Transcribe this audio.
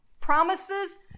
Promises